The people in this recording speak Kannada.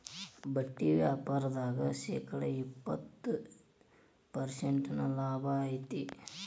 ಬಟ್ಟಿ ವ್ಯಾಪಾರ್ದಾಗ ಶೇಕಡ ಎಪ್ಪ್ತತ ಪರ್ಸೆಂಟಿನಷ್ಟ ಲಾಭಾ ಐತಿ